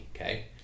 okay